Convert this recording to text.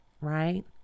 right